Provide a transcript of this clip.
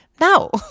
No